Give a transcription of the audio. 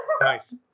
Nice